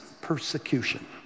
persecution